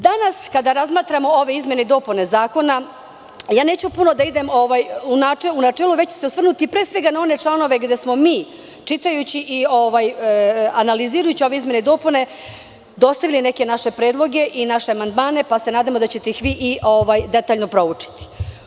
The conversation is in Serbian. Danas kada razmatramo ove izmene i dopune zakona neću puno ići u načelo, već ću se osvrnuti pre svega na one članove gde smo čitajući i analizirajući ove izmene i dopune dostavili neke naše predloge i naše amandmane, pa se nadamo da ćete ih detaljno proučiti.